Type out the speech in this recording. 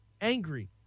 angry